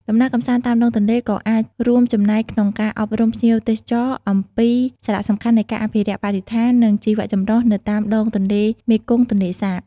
ដំណើរកម្សាន្តតាមដងទន្លេ ក៏អាចរួមចំណែកក្នុងការអប់រំភ្ញៀវទេសចរអំពីសារៈសំខាន់នៃការអភិរក្សបរិស្ថាន និងជីវចម្រុះនៅតាមដងទន្លេមេគង្គ-ទន្លេសាប។